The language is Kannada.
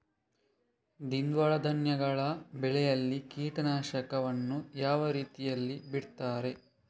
ದ್ವಿದಳ ಧಾನ್ಯಗಳ ಬೆಳೆಯಲ್ಲಿ ಕೀಟನಾಶಕವನ್ನು ಯಾವ ರೀತಿಯಲ್ಲಿ ಬಿಡ್ತಾರೆ?